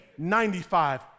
95